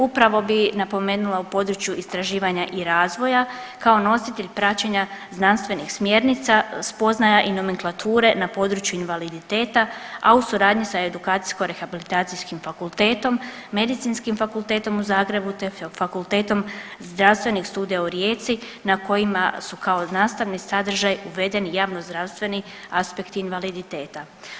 Upravo bi napomenula u području istraživanja i razvoja kao nositelj praćenja znanstvenih smjernica, spoznaja i nomenklature na području invaliditeta, a u suradnji sa Edukacijsko rehabilitacijskim fakultetom, Medicinskim fakultetom u Zagrebu te Fakultetom zdravstvenih studija u Rijeci na kojima su kao nastavni sadržaj uvedeni javnozdravstveni aspekti invaliditeta.